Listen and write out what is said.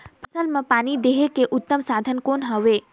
फसल मां पानी देहे के उत्तम साधन कौन हवे?